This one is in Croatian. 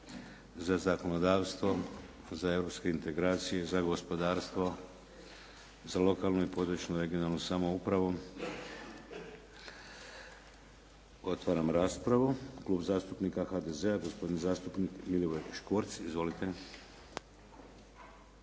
Za zakonodavstvo? Za europske integracije? Za gospodarstvo? Za lokalnu i područnu, regionalnu samoupravu? Otvaram raspravu. Klub zastupnika HDZ-a gospodin zastupnik Milivoj Škvorc. Izvolite.